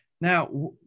Now